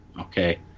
Okay